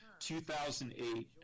2008